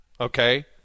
okay